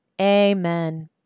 Amen